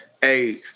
hey